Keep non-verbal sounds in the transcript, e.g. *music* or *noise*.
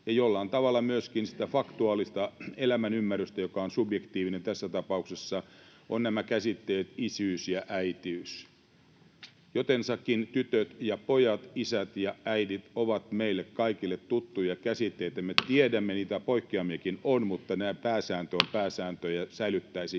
ja jollain tavalla myöskin sitä faktuaalista elämänymmärrystä, joka on subjektiivinen tässä tapauksessa — on nämä käsitteet ”isyys” ja ”äitiys”. Jotensakin tytöt ja pojat, isät ja äidit ovat meille kaikille tuttuja käsitteitä, *noise* ja me tiedämme, että niitä poikkeamiakin on, mutta pääsääntö on pääsääntö ja säilyttäisin